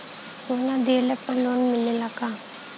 सोना दिहला पर लोन मिलेला का?